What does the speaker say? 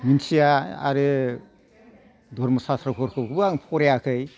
मोनथिया आरो धरम' सास्त्रफोरखौबो आं फरायाखै